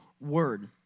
word